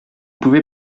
pouvez